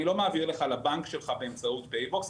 אני לא מעביר לך לבנק שלך באמצעות "פייבוקס"